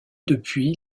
depuis